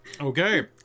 Okay